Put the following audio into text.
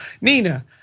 Nina